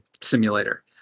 simulator